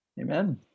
Amen